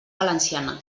valenciana